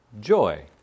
joy